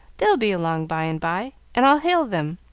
they'll be along by and by, and i'll hail them.